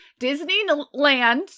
Disneyland